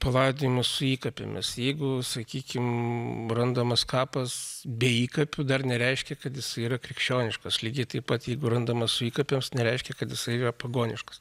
palaidojimus su įkapėmis jeigu sakykim randamas kapas be įkapių dar nereiškia kad jis yra krikščioniškas lygiai taip pat jeigu randama su įkapėmis nereiškia kad jisai yra pagoniškas